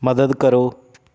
ਮਦਦ ਕਰੋ